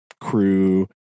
crew